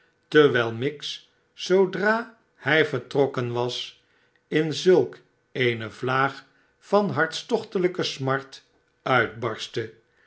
terwijl miggs zoodra hij vertrokken was in zulk eene vlaag van hartstochtelijke smart uitbarstte